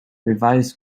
revised